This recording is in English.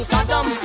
Saddam